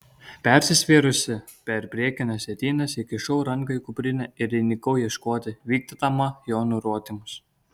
persisvėrusi per priekines sėdynes įkišau ranką į kuprinę ir įnikau ieškoti vykdydama jo nurodymus